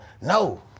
No